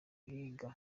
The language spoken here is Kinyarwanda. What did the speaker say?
guhiga